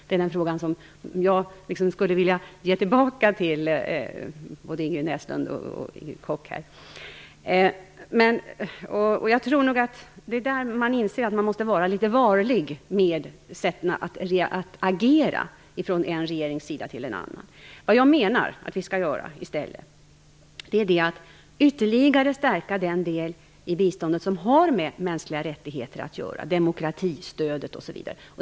Det är den fråga som jag skulle vilja ge tillbaka till både Ingrid Näslund och Man måste inse att det är nödvändigt att vara litet varlig med sätten att agera från en regering mot en annan. Vad jag menar att vi skall göra i stället är att ytterligare stärka den del i biståndet som har med mänskliga rättigheter att göra, demokratistödet, osv.